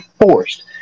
forced